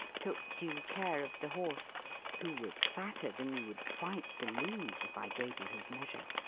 took due care of the horse who was fatter than you would quite believe, if i gave you his measure,